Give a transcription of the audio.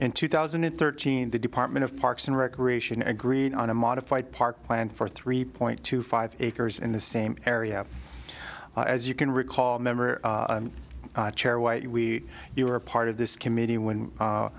in two thousand and thirteen the department of parks and recreation agreed on a modified park planned for three point two five acres in the same area as you can recall member chair white we were part of this committee when